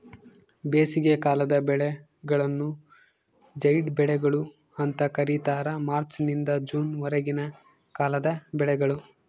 ಬೇಸಿಗೆಕಾಲದ ಬೆಳೆಗಳನ್ನು ಜೈಡ್ ಬೆಳೆಗಳು ಅಂತ ಕರೀತಾರ ಮಾರ್ಚ್ ನಿಂದ ಜೂನ್ ವರೆಗಿನ ಕಾಲದ ಬೆಳೆಗಳು